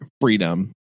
freedom